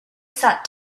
sat